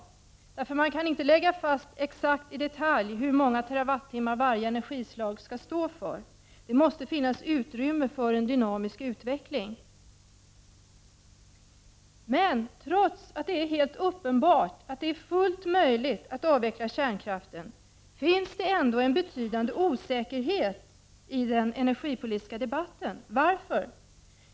Man kan inte lägga fast exakt i detalj hur många terrawattimmar varje energislag skall stå för. Det måste finnas utrymme för en dynamisk utveckling. Trots att det är helt uppenbart att det är fullt möjligt att avveckla kärnkraften finns det ändå en betydande osäkerhet i den energipolitiska debatten. Varför?